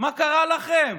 מה קרה לכם?